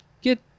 get